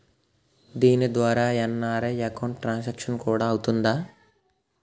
దీని ద్వారా NRI account transaction కూడా అవుతుందా?